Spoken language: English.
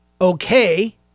okay